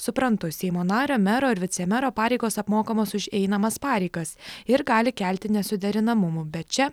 suprantu seimo nario mero ir vicemero pareigos apmokamos už einamas pareigas ir gali kelti nesuderinamumų bet čia